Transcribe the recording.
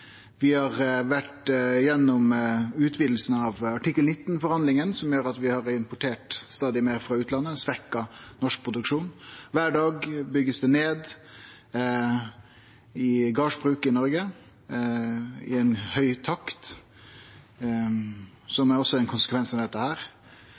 Vi har vore gjennom utvidinga av artikkel 19-forhandlinga, som gjer at vi har importert stadig meir frå utlandet og svekt norsk produksjon. Kvar dag blir det bygd ned gardsbruk i Noreg i høg takt, som